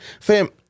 Fam